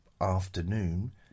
afternoon